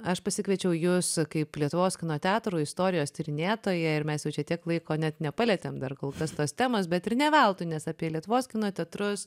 aš pasikviečiau jus kaip lietuvos kino teatrų istorijos tyrinėtoją ir mes jau čia tiek laiko net nepalietėm dar kol kas tos temos bet ir ne veltui nes apie lietuvos kino teatrus